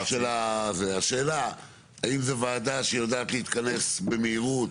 השאלה האם זה ועדה שיודעת להתכנס במהירות?